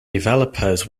developers